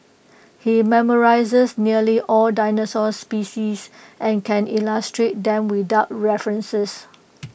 he's memorised nearly all dinosaur species and can illustrate them without references